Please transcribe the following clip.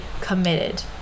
committed